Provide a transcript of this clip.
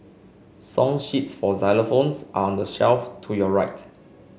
song sheets for xylophones are on the shelf to your right